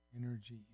energy